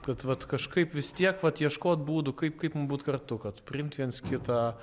kad vat kažkaip vis tiek vat ieškot būdų kaip kaip man būt kartu kad priimt viens kitą